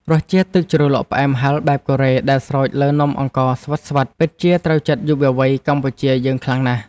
រសជាតិទឹកជ្រលក់ផ្អែមហឹរបែបកូរ៉េដែលស្រោចលើនំអង្ករស្វិតៗពិតជាត្រូវចិត្តយុវវ័យកម្ពុជាយើងខ្លាំងណាស់។